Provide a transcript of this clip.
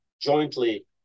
jointly